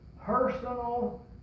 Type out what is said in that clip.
personal